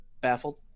Baffled